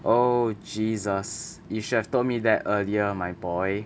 oh jesus you should have told me that earlier my boy